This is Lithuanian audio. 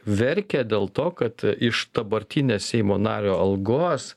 verkia dėl to kad iš dabartinės seimo nario algos